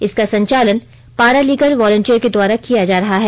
इसका संचालन paralegal volunteer के द्वारा किया जा रहा है